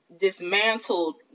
dismantled